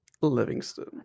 Livingston